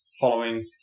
following